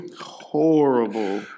Horrible